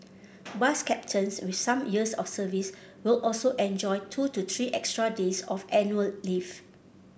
bus captains with some years of service will also enjoy two to three extra days of annual leave